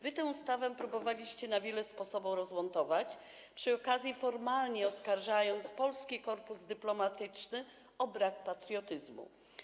Wy tę ustawę próbowaliście na wiele sposobów rozmontować, przy okazji formalnie oskarżając polski korpus dyplomatyczny o brak patriotyzmu.